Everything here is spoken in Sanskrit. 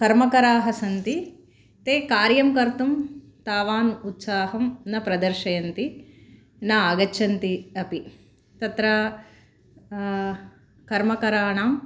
कर्मकराः सन्ति ते कार्यं कर्तुं तावत् उत्साहं न प्रदर्शयन्ति न आगच्छन्ति अपि तत्र कर्मकराणाम्